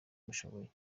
mushoboye